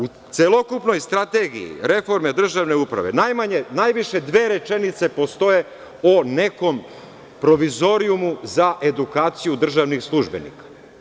U celokupnoj strategiji reforme državne uprave, najviše dve rečenice postoje o nekom provizorijumu za edukaciju državnih službenika.